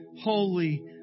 holy